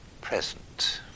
present